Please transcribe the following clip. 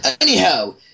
Anyhow